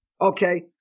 Okay